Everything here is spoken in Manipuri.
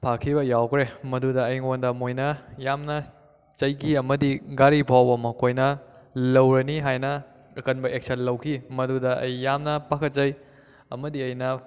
ꯐꯥꯈꯤꯕ ꯌꯥꯎꯈ꯭ꯔꯦ ꯃꯗꯨꯗ ꯑꯩꯉꯣꯟꯗ ꯃꯣꯏꯅ ꯌꯥꯝꯅ ꯆꯩꯈꯤ ꯑꯃꯗꯤ ꯒꯥꯔꯤ ꯐꯥꯎꯕ ꯃꯈꯣꯏꯅ ꯂꯧꯔꯅꯤ ꯍꯥꯏꯅ ꯑꯀꯟꯕ ꯑꯦꯛꯁꯟ ꯂꯧꯈꯤ ꯃꯗꯨꯗ ꯑꯩ ꯌꯥꯝꯅ ꯄꯥꯈꯠꯆꯩ ꯑꯃꯗꯤ ꯑꯩꯅ